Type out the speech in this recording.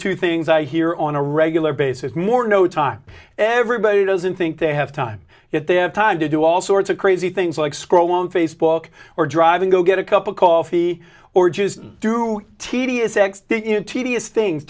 two things i hear on a regular basis more no time everybody doesn't think they have time if they have time to do all sorts of crazy things like scroll on facebook or driving go get a cup of coffee or just through tedious tedious things